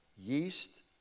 yeast